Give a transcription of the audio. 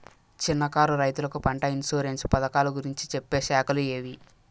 చిన్న కారు రైతుకు పంట ఇన్సూరెన్సు పథకాలు గురించి చెప్పే శాఖలు ఏవి?